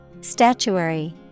Statuary